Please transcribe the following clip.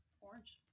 Orange